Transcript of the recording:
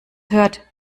hört